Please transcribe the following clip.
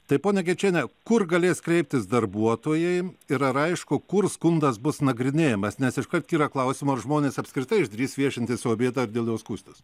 tai ponia gečienė kur galės kreiptis darbuotojai ir ar aišku kur skundas bus nagrinėjamas nes iškart kyla klausimas žmonės apskritai išdrįs viešinti savo vietą ar dėl to skųstis